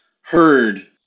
heard